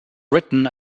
written